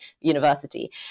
university